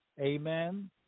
amen